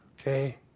Okay